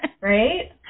Right